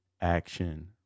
action